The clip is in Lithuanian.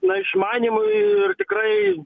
na išmanymu ir tikrai